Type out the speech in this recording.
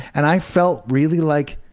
and i felt really like,